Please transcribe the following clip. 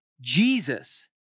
Jesus